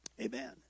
Amen